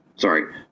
Sorry